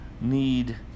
need